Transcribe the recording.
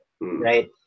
right